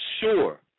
sure